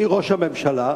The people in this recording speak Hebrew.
מראש הממשלה,